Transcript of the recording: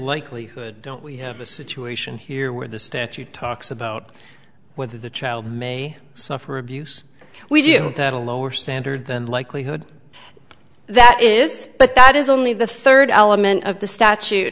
likelihood don't we have a situation here where the statute talks about whether the child may suffer abuse we do that a lower standard than likelihood that is but that is only the third element of the statute